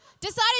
Decided